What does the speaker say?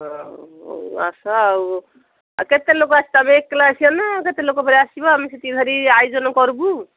ହଁ ଆସ ଆଉ ଆଉ କେତେ ଲୋକ ଆସିବେ ତୁମେ ଏକଲା ଆସିବ ନା କେତେ ଲୋକ ଫେରେ ଆସିବେ ଆମେ ସେତିକି ଧରି ଆୟୋଜନ କରିବୁ